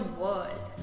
world